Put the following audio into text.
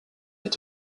est